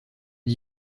d’y